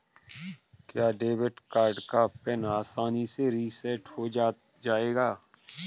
क्या debit card का PIN आसानी से रीसेट हो जाएगा?